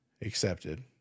accepted